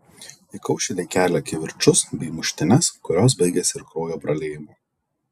įkaušėliai kelia kivirčus bei muštynes kurios baigiasi ir kraujo praliejimu